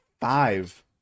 five